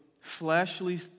fleshly